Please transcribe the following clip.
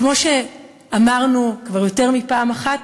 כפי שאמרנו כבר יותר מפעם אחת,